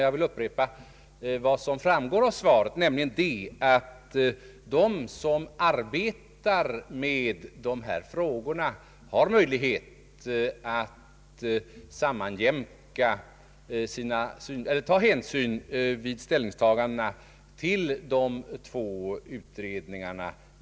Jag vill dock upprepa vad som framgår av svaret, nämligen att de som arbetar med de här frågorna har möjlighet att ta hänsyn till de två utredningarna.